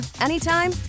anytime